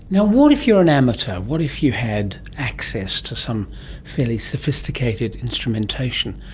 yeah what if you are an amateur? what if you had access to some fairly sophisticated instrumentation?